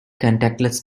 contactless